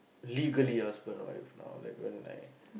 legally husband or wife now like we aren't like